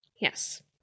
Yes